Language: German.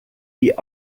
die